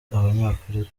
abanyafrika